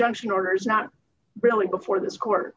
junction orders not really before this court